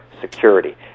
security